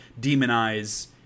demonize